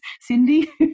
Cindy